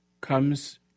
comes